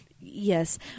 Yes